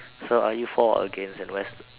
so are you for or against and where's